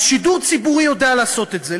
אז שידור ציבורי יודע לעשות את זה.